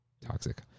toxic